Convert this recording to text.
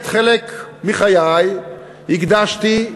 חלק מחיי הקדשתי,